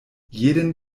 jeden